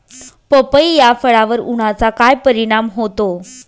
पपई या फळावर उन्हाचा काय परिणाम होतो?